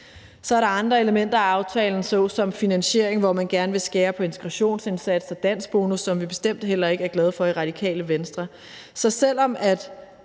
Så er der andre elementer af aftalen såsom finansiering, hvor man gerne vil skære på integrationsindsats og danskbonus, hvilket vi bestemt heller ikke er glade for i Radikale Venstre. Så selv om